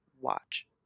watch